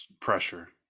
Pressure